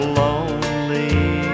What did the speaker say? lonely